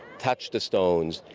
touch the stones,